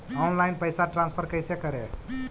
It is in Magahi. ऑनलाइन पैसा ट्रांसफर कैसे करे?